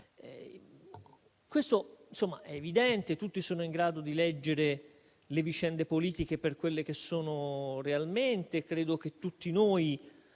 È evidente e tutti sono in grado di leggere le vicende politiche per quelle che sono realmente. Tutti noi